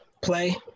play